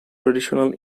traditional